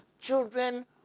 children